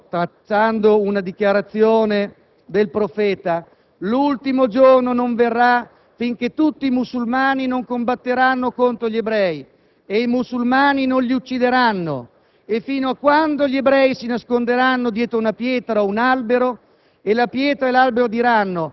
statuto di Hamas, trattando una dichiarazione del profeta, è scritto: «L'ultimo giorno non verrà finché tutti i musulmani non combatteranno contro gli ebrei e i musulmani non li uccideranno e fino a quando gli ebrei si nasconderanno dietro una pietra o un albero